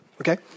Okay